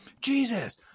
Jesus